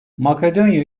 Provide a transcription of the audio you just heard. makedonya